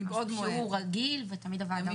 זה משהו רגיל, ותמיד הוועדה עושה זאת.